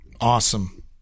Awesome